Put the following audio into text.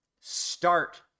Start